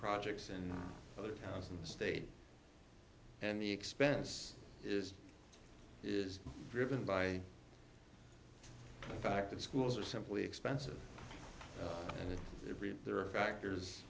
projects in other towns in the state and the expense is is driven by the fact that schools are simply expensive and there are